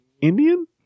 Indian